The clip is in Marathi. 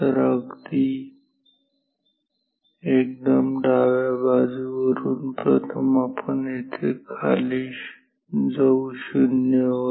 तर अगदी एकदम डाव्या बाजूवरुन प्रथम आपण येथे खाली जाऊ 0 वर